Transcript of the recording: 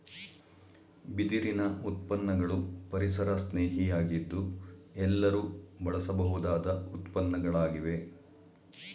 ಬಿದಿರಿನ ಉತ್ಪನ್ನಗಳು ಪರಿಸರಸ್ನೇಹಿ ಯಾಗಿದ್ದು ಎಲ್ಲರೂ ಬಳಸಬಹುದಾದ ಉತ್ಪನ್ನಗಳಾಗಿವೆ